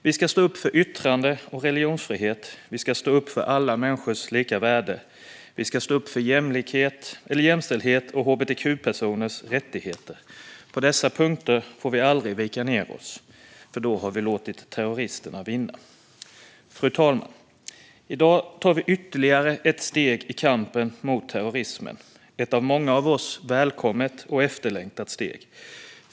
Vi ska stå upp för yttrande och religionsfrihet, vi ska stå upp för alla människors lika värde och vi ska stå upp för jämställdhet och hbtq-personers rättigheter. På dessa punkter får vi aldrig vika ned oss. Då har vi låtit terroristerna vinna. Fru talman! I dag tar vi ytterligare ett steg i kampen mot terrorismen. Det är ett, för många av oss, välkommet och efterlängtat steg.